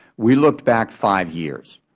we looked back five years,